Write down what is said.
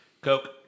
Coke